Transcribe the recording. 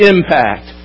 Impact